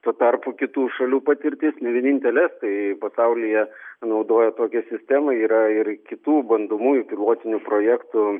tuo tarpu kitų šalių patirtis ne vienintelė tai pasaulyje naudoja tokią sistemą yra ir kitų bandomųjų pilotinių projektų